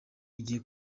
rigiye